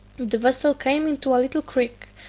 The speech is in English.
the vessel came into a little creek,